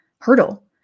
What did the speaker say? hurdle